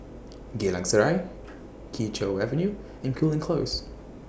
Geylang Serai Kee Choe Avenue and Cooling Close